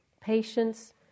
patience